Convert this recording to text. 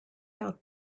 out